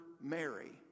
Mary